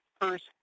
first